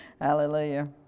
Hallelujah